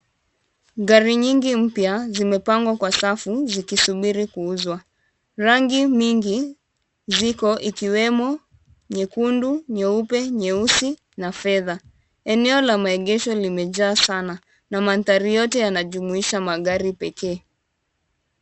Gari nyingi mpya zimepangwa kwa safu zikisubiri kuuzwa. Rangi nyingi ziko zikiwemo nyekundu, nyeupe, nyeusi na fedha. Eneo la maegesho limejaa sana na mandhari yote yanajumuisha magari pekee.